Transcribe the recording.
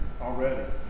already